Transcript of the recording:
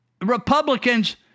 Republicans